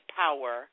power